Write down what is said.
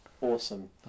awesome